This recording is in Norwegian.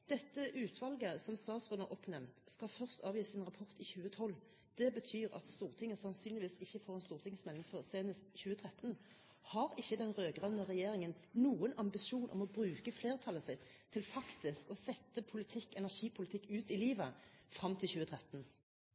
Dette utvalget som statsråden har oppnevnt, skal først avgi sin rapport i 2012. Det betyr at Stortinget sannsynligvis ikke får en stortingsmelding før senest 2013. Har ikke den rød-grønne regjeringen noen ambisjon om å bruke flertallet sitt til faktisk å sette energipolitikk ut i livet, fram til 2013?